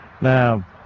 Now